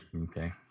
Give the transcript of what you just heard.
Okay